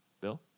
Bill